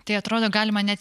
tai atrodo galima net